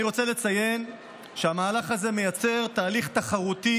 אני רוצה לציין שהמהלך הזה מייצר תהליך תחרותי